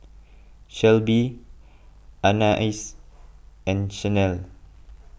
Shelby Anais and Chanelle